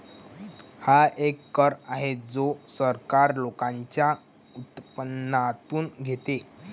हा एक कर आहे जो सरकार लोकांच्या उत्पन्नातून घेते